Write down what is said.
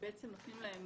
נותנים להם